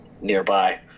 nearby